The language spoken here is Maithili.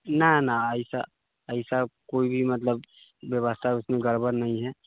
नहि नहि अइसा अइसा कोइ भी मतलब बेबस्था उसमें गड़बड़ नहीं है